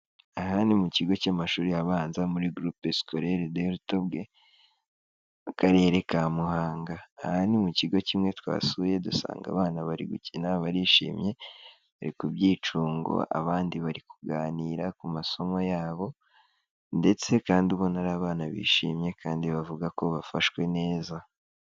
Aha ni mu kigo cy'amashuri abanza muri Groupe scolaire de Rutobwe, akarere ka Muhanga, aha ni mu kigo kimwe twasuye dusanga abana bari gukina barishimye, bari ku byicungo abandi bari kuganira ku masomo yabo, ndetse kandi ubona ari abana bishimye kandi bavuga ko bafashwe neza.